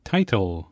Title